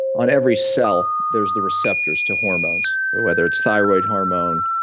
on every cell, there's the receptors to hormones, whether it's thyroid hormone,